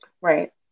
Right